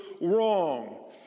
wrong